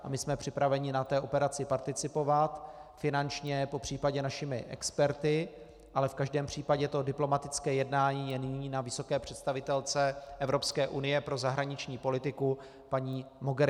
My jsme připraveni na té operaci participovat finančně, popř. našimi experty, ale v každém případě to diplomatické jednání je nyní na vysoké představitelce Evropské unie pro zahraniční politiku paní Mogherini.